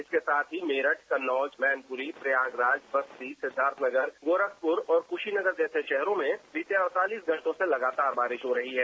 इसके साथ ही मेरठ कन्नौज मैनपुरी प्रयागराज बस्ती सिद्धार्थनगर गोरखपुर और खुशीनगर जैसे शहरों में पिछले अडतालीस घंटों से लगातार बारिश हो रही है